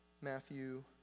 Matthew